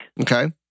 Okay